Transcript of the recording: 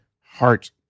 heart